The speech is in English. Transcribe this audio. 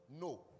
No